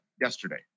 yesterday